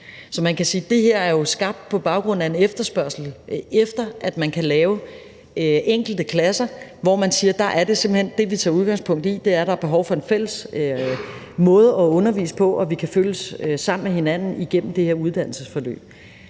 Alt er godt. Det her er jo skabt på baggrund af en efterspørgsel efter at lave enkelte klasser, hvor man siger, at det, man tager udgangspunkt i, er, at der er behov for en fælles måde at undervise på, og at man kan følges med hinanden gennem det her uddannelsesforløb.